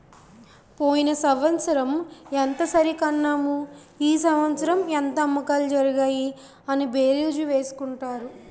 పోయిన సంవత్సరం ఎంత సరికన్నాము ఈ సంవత్సరం ఎంత అమ్మకాలు జరిగాయి అని బేరీజు వేసుకుంటారు